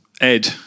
Ed